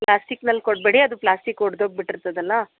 ಪ್ಲಾಸ್ಟಿಕ್ನಲ್ಲಿ ಕೊಡಬೇಡಿ ಅದು ಪ್ಲಾಸ್ಟಿಕ್ ಒಡೆದೋಗ್ಬಿಟ್ಟಿರ್ತದಲ್ಲ